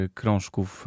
krążków